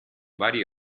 varie